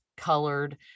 colored